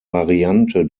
variante